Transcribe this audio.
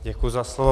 Děkuji za slovo.